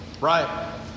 Right